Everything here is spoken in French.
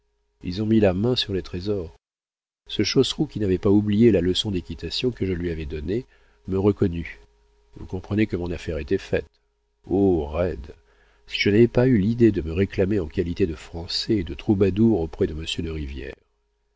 ils ont mis la main sur les trésors ce chosrew qui n'avait pas oublié la leçon d'équitation que je lui avais donnée me reconnut vous comprenez que mon affaire était faite oh roide si je n'avais pas eu l'idée de me réclamer en qualité de français et de troubadour auprès de monsieur de